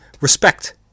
respect